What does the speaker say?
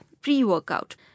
pre-workout